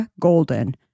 Golden